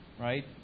Right